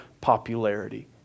popularity